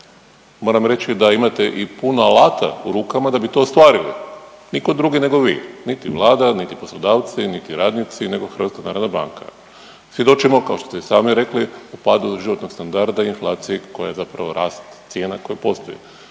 moram reći da imate i puno alata u rukama da bi to ostvarili, niko drugi nego vi, niti Vlada, niti poslodavci, niti radnici nego HNB. Svjedočimo kao što ste i sami rekli u padu životnog standarda i inflaciji koja je zapravo rast cijena koje postoje,